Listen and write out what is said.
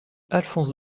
alphonse